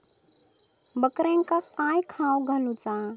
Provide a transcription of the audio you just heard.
बकऱ्यांका काय खावक घालूचा?